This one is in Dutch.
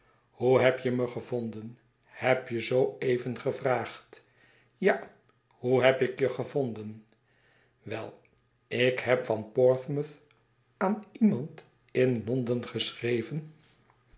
hoe heb je me gevonden heb je zoo even gevraagd ja hoe heb ik je gevonden wel ik heb van portsmouth aan iemand in londen geschreven